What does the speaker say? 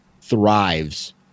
thrives